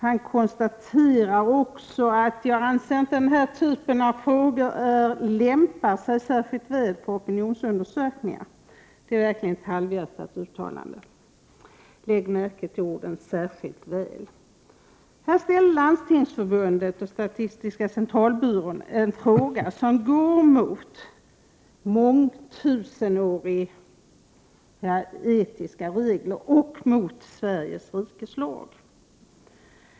Han anser inte att den här typen av frågor lämpar sig särskilt väl för opinionsundersökningarDet är verkligen ett halvhjärtat uttalande. Lägg märke till orden ”särskilt väl”. Landstingsförbundet och statistiska centralbyrån ställde en fråga som går mot mångtusenåriga etiska regeler och mot Sveriges rikes lag.